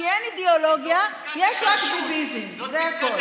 כי אין אידיאולוגיה, יש רק ביביזם, זה הכול.